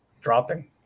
dropping